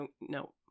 no